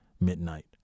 Midnight